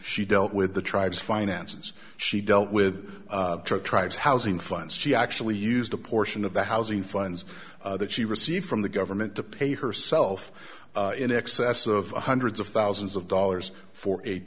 she dealt with the tribes finances she dealt with tribes housing funds she actually used a portion of the housing funds that she received from the government to pay herself in excess of hundreds of thousands of dollars for